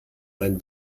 einen